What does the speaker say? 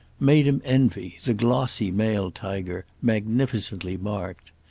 made him envy, the glossy male tiger, magnificently marked.